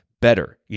better